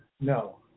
No